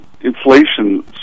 inflation